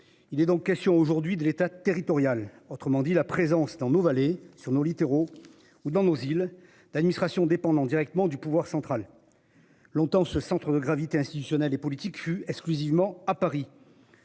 il est donc question aujourd'hui de l'État, territorial, autrement dit la présence dans nos vallées sur nos littoraux ou dans nos villes d'administration dépendant directement du pouvoir central. Longtemps, ce centre de gravité institutionnel et politique fut exclusivement à Paris.